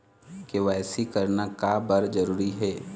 KYC करना का बर जरूरी हे?